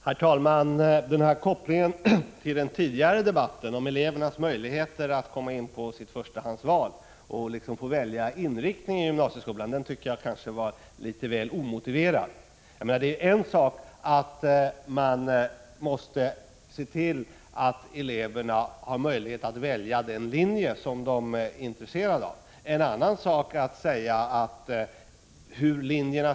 Herr talman! Kopplingen till den tidigare debatten, om elevernas möjligheter att komma in vid sitt förstahandsval och få välja inriktning på gymnasieskolan, var kanske litet omotiverad. Det är ju en sak att man måste se till att eleverna får möjlighet att välja den linje som de är intresserade av, en annan vilka ämnen som skall ingå i linjerna.